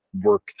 work